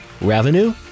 revenue